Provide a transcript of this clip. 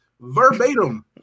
verbatim